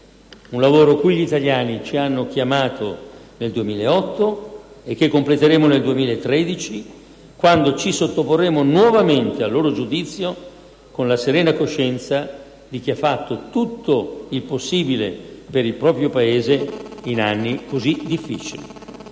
un lavoro cui gli italiani ci hanno chiamato nel 2008 e che completeremo nel 2013, quando ci sottoporremo nuovamente al loro giudizio, con la serena coscienza di chi ha fatto tutto il possibile per il proprio Paese in anni così difficili.